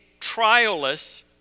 trialless